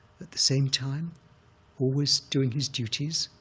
at the same time always doing his duties,